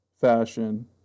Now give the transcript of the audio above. fashion